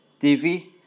TV